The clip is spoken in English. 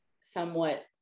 somewhat